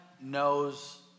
knows